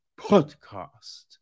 podcast